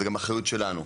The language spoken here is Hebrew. זה גם אחריות שלנו.